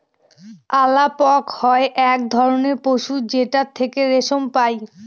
আলাপক হয় এক ধরনের পশু যেটার থেকে রেশম পাই